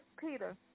Peter